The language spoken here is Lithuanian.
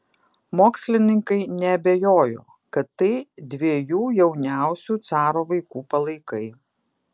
mokslininkai neabejojo kad tai dviejų jauniausių caro vaikų palaikai